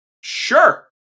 Sure